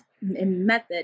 method